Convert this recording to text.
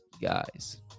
guys